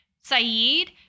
Saeed